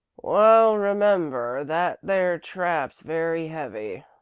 wall, remember that there trap's very heavy,